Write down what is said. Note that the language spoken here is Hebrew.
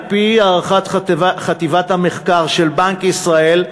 על-פי הערכת חטיבת המחקר של בנק ישראל,